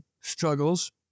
struggles